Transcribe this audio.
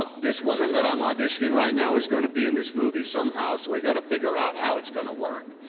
ah this woman that i'm auditioning right now is gonna be in this movie somehow, so we got to figure out how it's gonna work.